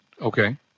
Okay